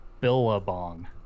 Billabong